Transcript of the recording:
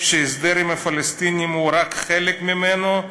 שהסדר עם הפלסטינים הוא רק חלק ממנו,